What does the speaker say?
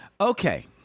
Okay